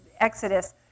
Exodus